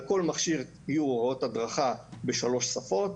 על כל מכשיר יהיו הוראות הדרכה בשלוש שפות,